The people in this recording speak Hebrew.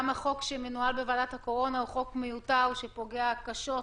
גם החוק שמנוהל בוועדת הקורונה הוא חוק מיותר שפוגע קשות